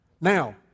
Now